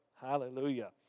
Hallelujah